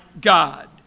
God